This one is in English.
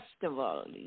festival